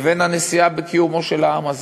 לבין הנשיאה בקיומו של העם הזה,